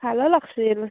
ভালো লাগছিল